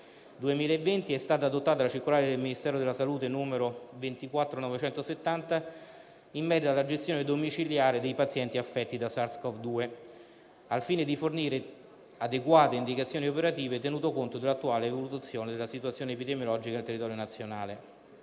2020 è stata adottata la circolare del Ministero della salute n. 24970 in merito alla gestione domiciliare dei pazienti affetti da SARS-Cov-2, al fine di fornire adeguate indicazioni operative, tenuto conto dell'attuale evoluzione della situazione epidemiologica sul territorio nazionale.